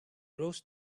roast